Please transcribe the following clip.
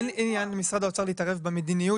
אין עניין למשרד האוצר להתערב במדיניות